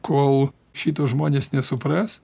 kol šito žmonės nesupras